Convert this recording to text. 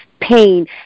pain